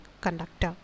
conductor